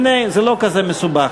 הנה, זה לא כזה מסובך.